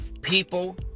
people